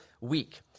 week